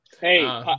hey